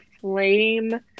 flame